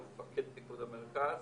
לא מפקד פיקוד המרכז